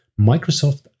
Microsoft